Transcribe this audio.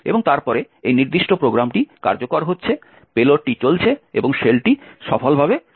এবং তারপরে এই নির্দিষ্ট প্রোগ্রামটি কার্যকর হচ্ছে এবং পেলোডটি চলছে এবং শেলটি সফলভাবে তৈরি হচ্ছে